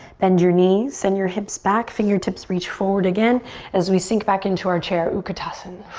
bend your knees, send your hips back. fingertips reach forward again as we sink back into our chair, utkatasan.